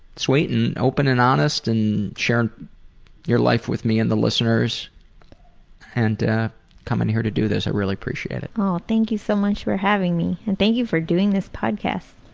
sweet and open and honest and sharing your life with me and the listeners and coming here to do this. i really appreciate it. thank you so much for having me. and thank you for doing this podcast.